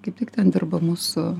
kaip tik ten dirba mūsų